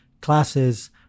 classes